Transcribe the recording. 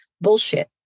bullshit